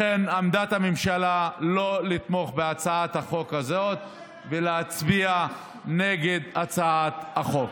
לכן עמדת הממשלה היא לא לתמוך בהצעת החוק הזאת ולהצביע נגד הצעת החוק.